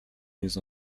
mises